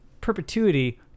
perpetuity